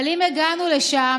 הרבה בזכותך הגענו לסגר שני.